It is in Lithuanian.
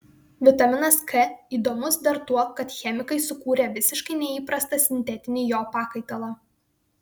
vitaminas k įdomus dar tuo kad chemikai sukūrė visiškai neįprastą sintetinį jo pakaitalą